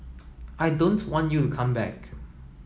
I don't want you come back